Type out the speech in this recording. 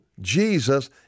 Jesus